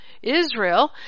Israel